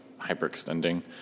hyperextending